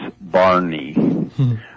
Barney